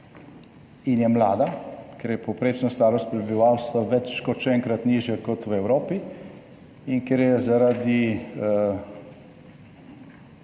in je mlada, ker je povprečna starost prebivalstva več kot še enkrat nižja kot v Evropi in ker je zaradi